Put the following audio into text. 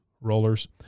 rollers